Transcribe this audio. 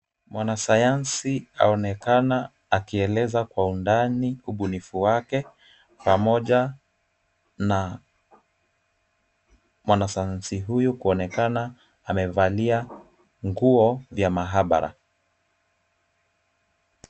Mwanasayansi aonekana akieleza kwa undani ubunifu wake pamoja na mwanasayansi huyu kuonekana amevalia nguo ya maabara.